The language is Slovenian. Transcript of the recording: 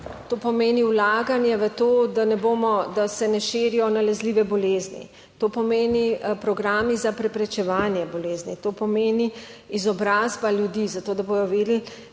to pomeni vlaganje v to, da ne bomo, da se ne širijo nalezljive bolezni, to pomeni programi za preprečevanje bolezni, to pomeni izobrazba ljudi, zato da bodo vedeli,